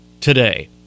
today